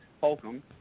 Holcomb